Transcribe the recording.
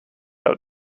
out